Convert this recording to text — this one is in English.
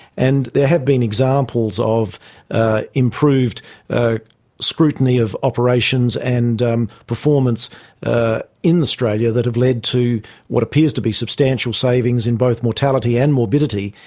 and there have been examples of ah improved scrutiny of operations and um performance ah in australia that have led to what appears to be substantial savings in both mortality and morbidity.